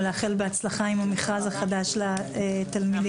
ולאחל בהצלחה עם המכרז החדש לתלמידים.